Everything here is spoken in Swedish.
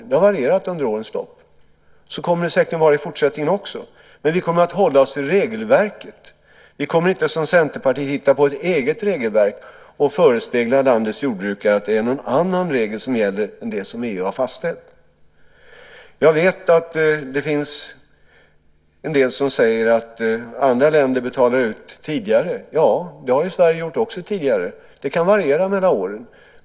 Det har varierat under årens lopp. Så kommer det säkert att vara också i fortsättningen, men vi kommer att hålla oss till regelverket. Vi kommer inte som Centerpartiet att hitta på ett eget regelverk och förespegla landets jordbrukare att några andra regel gäller än de som EU fastställt. Jag vet att det finns en del som säger att andra länder betalar ut tidigare. Det har Sverige också gjort. Detta kan variera mellan åren.